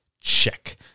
check